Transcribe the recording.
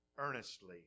earnestly